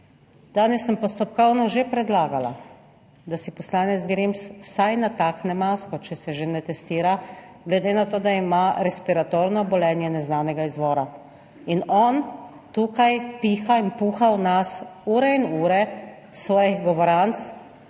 danes sem postopkovno že predlagala, da si poslanec Grims vsaj natakne masko, če se že ne testira, glede na to, da ima respiratorno obolenje neznanega izvora. In on tukaj piha in piha v nas ure in ure svojih govoranc